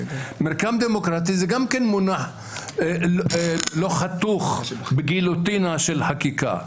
מרקם דמוקרטי זה גם מונח לא חתוך בגיליוטינה של חקיקה.